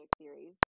series